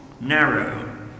narrow